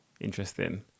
Interesting